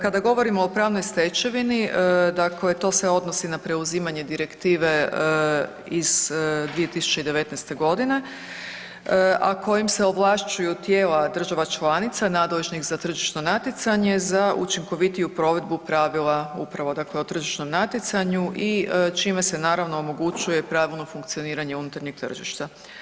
Kada govorimo o pravnoj stečevini dakle to se odnosi na preuzimanje Direktive iz 2019. godine., a kojom se ovlašćuju tijela država članica nadležnih za tržišno natjecanje za učinkovitiju provedbu pravila upravo dakle o tržišnom natjecanju i čime se naravno omogućuje pravilno funkcioniranje unutarnjeg tržišta.